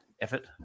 effort